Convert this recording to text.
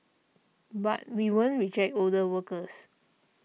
but we won't reject older workers